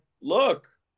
look